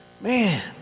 Man